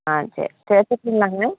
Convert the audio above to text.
சரி சரி வச்சுர்டுங்ளாங்க